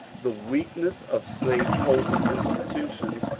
the weakness of slaveholding institutions,